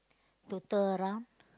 total around